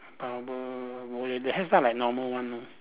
bubble no leh the hairstyle like normal one ah